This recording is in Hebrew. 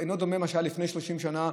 מה שהיה לפני 30 שנה,